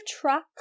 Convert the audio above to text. truck